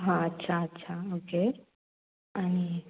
हां अच्छा अच्छा ओके आणि